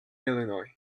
illinois